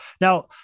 Now